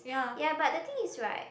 ya but the thing is right